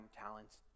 talents